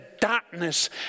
darkness